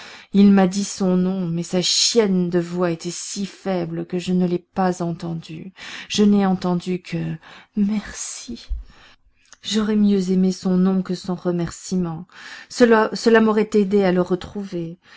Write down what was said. il m'a dit son nom mais sa chienne de voix était si faible que je ne l'ai pas entendu je n'ai entendu que merci j'aurais mieux aimé son nom que son remercîment cela m'aurait aidé à le retrouver